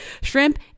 shrimp